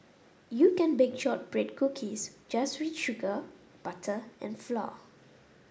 you can bake shortbread cookies just with sugar butter and flour